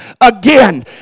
again